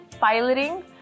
piloting